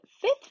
fifth